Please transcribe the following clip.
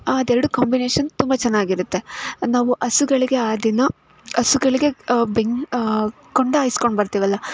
ಹಾಂ ಅದು ಎರಡು ಕಾಂಬಿನೇಷನ್ ತುಂಬ ಚೆನ್ನಾಗಿರುತ್ತೆ ನಾವು ಹಸುಗಳಿಗೆ ಆ ದಿನ ಹಸುಗಳಿಗೆ ಬೆನ್ ಕುಂಡ ಹಾಯಿಸ್ಕೊಂಡ್ ಬರ್ತೀವಲ್ಲ